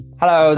Hello